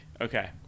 Okay